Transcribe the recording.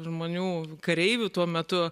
žmonių kareivių tuo metu